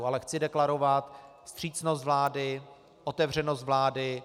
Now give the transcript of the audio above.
Ale chci deklarovat vstřícnost vlády, otevřenost vlády.